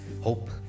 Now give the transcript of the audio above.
Hope